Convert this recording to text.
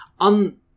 on